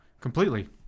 completely